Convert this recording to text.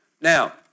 Now